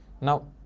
Now